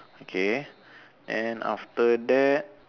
okay and after that